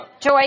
Joy